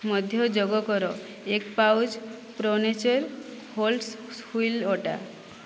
ମଧ୍ୟ ଯୋଗ କର ଏକ pouch Pro Nature wholes wheat ଅଟା